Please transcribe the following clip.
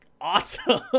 awesome